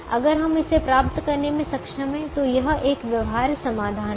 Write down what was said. अगर हम इसे प्राप्त करने में सक्षम हैं तो यह एक व्यवहार्य समाधान है